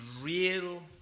real